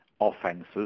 offences